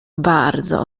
bardzo